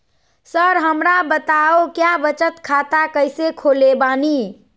Sir हमरा बताओ क्या बचत खाता कैसे खोले बानी?